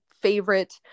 favorite